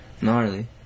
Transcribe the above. Gnarly